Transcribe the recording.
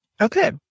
Okay